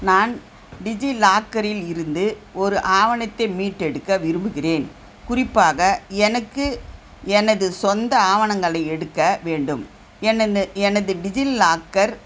நான் டிஜிலாக்கரில் இருந்து ஒரு ஆவணத்தை மீட்டெடுக்க விரும்புகிறேன் குறிப்பாக எனக்கு எனது சொந்த ஆவணங்களை எடுக்க வேண்டும் என்னனு எனது டிஜிலாக்கர்